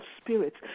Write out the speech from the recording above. spirits